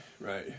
right